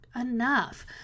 Enough